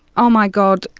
oh my god,